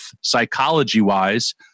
psychology-wise